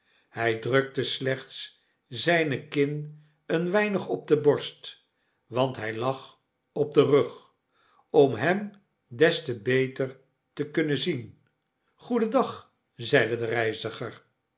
hy drukte slechts zpe kin een weinig op de borst want hij lag op den rug om hem des te beter te kunnen zien goedendag zeide de reiziger